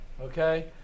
okay